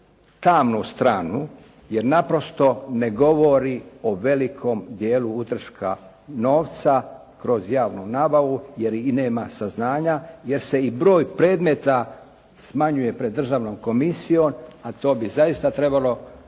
tamnu stranu, jer naprosto ne govori o velikom dijelu utrška novca kroz javnu nabavu, jer i nema saznanja, jer se i broj predmeta smanjuje pred državnom komisijom, a to bi zaista trebalo